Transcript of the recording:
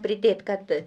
pridėt kad